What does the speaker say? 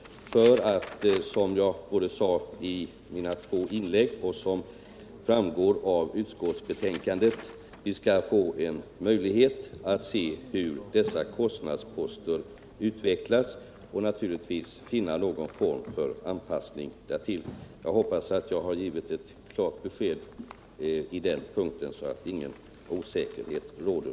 Så har skett för att vi, som jag sade i mina två tidigare inlägg och som även framgår av utskottsbetänkandet, skall få möjlighet att se hur dessa kostnader utvecklas och därefter naturligtvis finna någon form för anpassning därtill. Jag hoppas att jag har givit ett klart besked på den punkten, så att ingen osäkerhet råder.